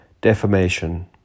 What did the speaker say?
Defamation